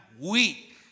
weak